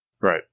Right